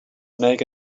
make